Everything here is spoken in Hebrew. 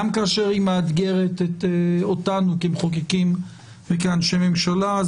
גם כאשר היא מאתגרת אותנו כמחוקקים וכאנשי ממשלה.